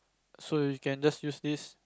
so you can just use this